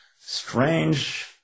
strange